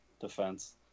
defense